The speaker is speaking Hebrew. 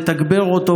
לתגבר אותו,